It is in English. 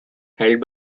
held